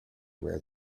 wear